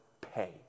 pay